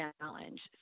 challenge